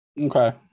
Okay